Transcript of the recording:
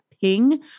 ping